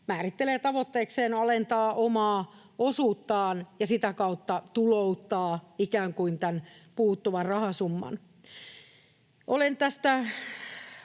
määrittelee tavoitteekseen alentaa omaa osuuttaan ja sitä kautta ikään kuin tulouttaa tämän puuttuvan rahasumman. Olen tästä